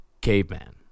caveman